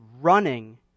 running